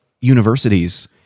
universities